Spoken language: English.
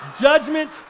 judgment